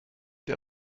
der